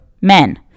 men